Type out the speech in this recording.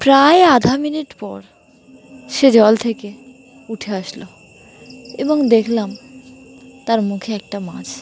প্রায় আধা মিনিট পর সে জল থেকে উঠে আসলো এবং দেখলাম তার মুখে একটা মাছ